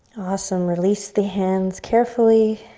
awesome. release the hands carefully.